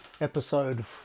episode